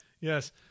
yes